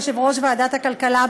יושב-ראש ועדת הכלכלה,